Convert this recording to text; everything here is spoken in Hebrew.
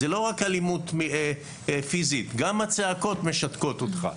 זאת לא רק אלימות פיסית, גם הצעקות משתקות אותך.